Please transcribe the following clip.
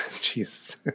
Jesus